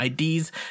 IDs